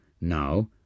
Now